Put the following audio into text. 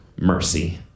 mercy